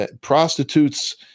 Prostitutes